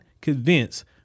convince